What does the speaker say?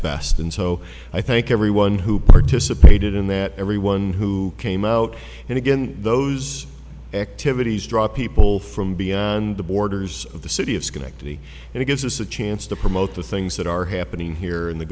best and so i thank everyone who participated in that everyone who came out and again those activities draw people from beyond the borders of the city of schenectady and it gives us a chance to promote the things that are h